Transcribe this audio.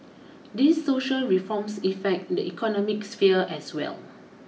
these social reforms effect the economic sphere as well